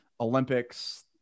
Olympics –